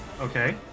Okay